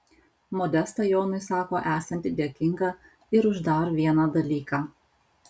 modesta jonui sako esanti dėkinga ir už dar vieną dalyką